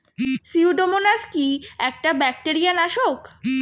Pseudomonas কি একটা bacteria নাশক?